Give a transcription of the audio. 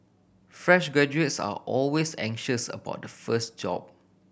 fresh graduates are always anxious about the first job